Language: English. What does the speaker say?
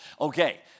Okay